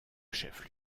chef